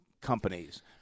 companies